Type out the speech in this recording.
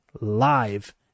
live